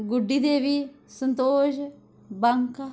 Guddi Devi Santosh Banka